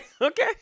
Okay